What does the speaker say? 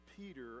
Peter